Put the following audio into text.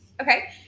Okay